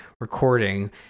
recording